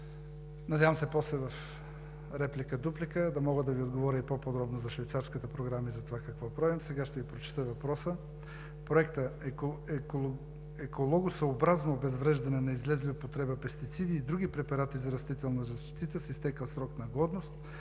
надявам се после в реплика, дуплика да мога да Ви отговоря и по-подробно за Швейцарската програма и за това какво правим. Сега ще Ви прочета въпроса. Проектът „Екологосъобразно обезвреждане на излезли от употреба пестициди и други препарати за растителна защита с изтекъл срок на годност“,